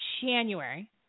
January